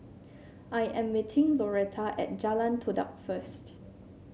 I am meeting Loretta at Jalan Todak first